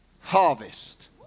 harvest